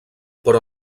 però